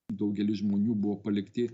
daugelis žmonių buvo palikti